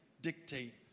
dictate